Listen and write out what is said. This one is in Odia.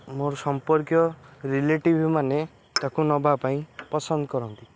ମୋର ସମ୍ପର୍କୀୟ ରିଲେଟିଭ୍ମାନେ ତାକୁ ନେବା ପାଇଁ ପସନ୍ଦ କରନ୍ତି